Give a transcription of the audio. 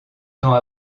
temps